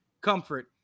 comfort